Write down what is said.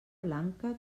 blanca